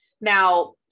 Now